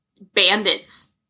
bandits